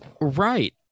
Right